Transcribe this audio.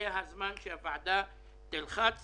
זה הזמן שהוועדה תלחץ